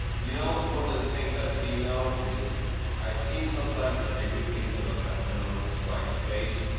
you know one of the things i've seen know is i've seen some times that they do things where they'll cut the nose to spite the face.